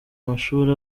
amashuri